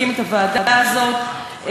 הקים את הוועדה הזאת,